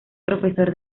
profesor